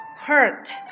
hurt